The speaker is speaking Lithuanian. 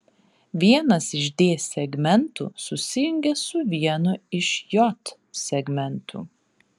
vienas iš d segmentų susijungia su vienu iš j segmentų